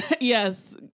Yes